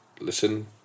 listen